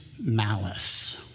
malice